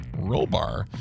Rollbar